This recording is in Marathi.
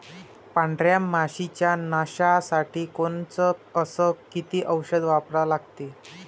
पांढऱ्या माशी च्या नाशा साठी कोनचं अस किती औषध वापरा लागते?